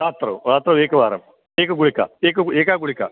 रात्रौ रात्रौ एकवारं एका गुलिका एका गुलिका